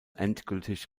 endgültig